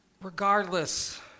regardless